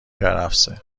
کرفسه